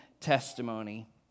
testimony